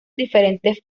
diferentes